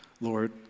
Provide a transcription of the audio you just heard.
Lord